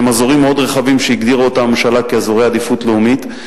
שהם אזורים מאוד רחבים שהגדירה אותם הממשלה כאזורי עדיפות לאומית.